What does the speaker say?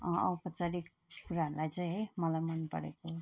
औपचारिक कुराहरूलाई चाहिँ है मलाई मन परेको